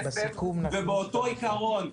באותו עיקרון,